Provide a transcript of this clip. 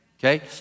Okay